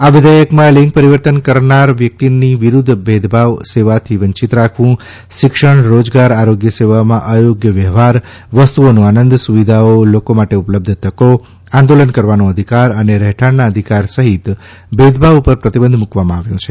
આ વિઘેચકમાં લિંગ પરિવર્તન કરનાર વ્યક્તિની વિરૂદ્ધ ભેદભાવ સેવાથી વંચિત રાખવું શિક્ષણ રોજગાર આરોગ્યસેવામાં અયોગ્ય વ્યવહાર વસ્તુઓનું આનંદ સુવિધાઓ લોકો માટે ઉપલબ્ધ તકો આંદોલન કરવાનો અધિકાર અને રહેઠાણના અધિકાર સહિત ભેદભાવ ઉપર પ્રતિબંધ મૂકવામાં આવ્યો છે